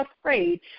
afraid